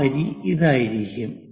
ആ വരി ഇതായിരിക്കും